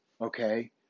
okay